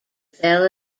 fell